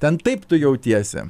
ten taip tu jautiesi